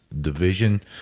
division